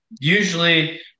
usually